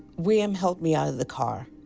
william helped me out of the car.